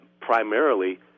primarily